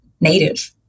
native